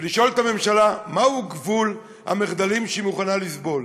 ולשאול את הממשלה מהו גבול המחדלים שהיא מוכנה לסבול.